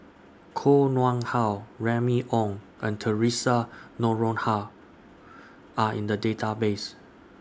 Koh Nguang How Remy Ong and Theresa Noronha Are in The Database